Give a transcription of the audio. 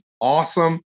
awesome